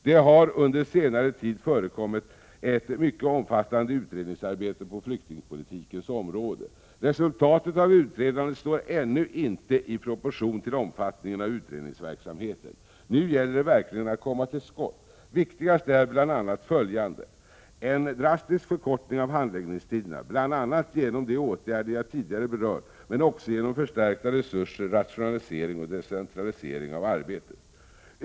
Det har under senare tid förekommit ett mycket omfattande utredningsarbete på flyktingpolitikens område. Resultatet av utredandet står ännu inte i proportion till omfattningen av utredningsverksamheten. Nu gäller det att verkligen komma till skott. Viktigast är bl.a. följande: 1. En drastisk förkortning av handläggningstiderna, bl.a. genom de åtgärder jag tidigare berört men också genom förstärkta resurser, rationalisering och decentralisering av arbetet. 2.